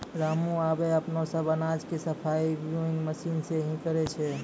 रामू आबॅ अपनो सब अनाज के सफाई विनोइंग मशीन सॅ हीं करै छै